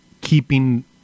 keeping